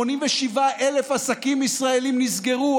87,000 עסקים ישראליים נסגרו,